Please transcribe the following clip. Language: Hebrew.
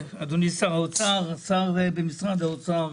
השר במשרד האוצר,